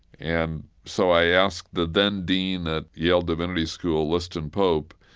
and so i asked the then-dean at yale divinity school, liston pope,